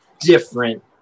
different